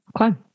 Okay